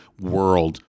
world